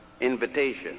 invitation